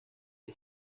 que